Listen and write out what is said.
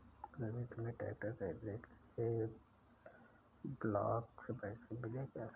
रवि तुम्हें ट्रैक्टर खरीदने के लिए ब्लॉक से पैसे मिले क्या?